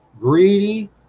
greedy